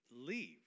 leave